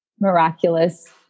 miraculous